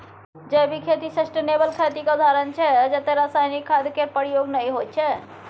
जैविक खेती सस्टेनेबल खेतीक उदाहरण छै जतय रासायनिक खाद केर प्रयोग नहि होइ छै